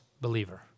believer